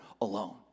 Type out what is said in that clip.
alone